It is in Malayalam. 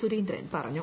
സുരേന്ദ്രൻ പറഞ്ഞു